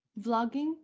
Vlogging